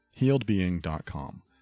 Healedbeing.com